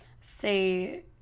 say